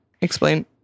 explain